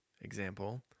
Example